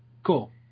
Cool